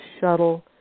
shuttle